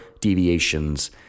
deviations